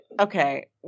okay